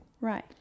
Right